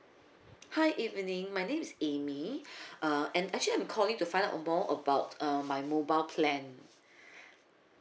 hi evening my name is amy uh and actually I'm calling to find out more about um my mobile plan